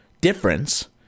difference